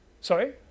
Sorry